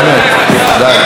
באמת, די.